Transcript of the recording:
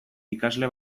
ikasle